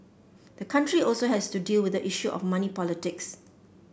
the country also has to deal with the issue of money politics